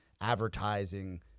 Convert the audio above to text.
advertising